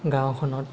গাঁওখনত